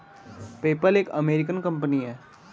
PayPal एक American company है